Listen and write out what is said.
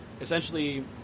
Essentially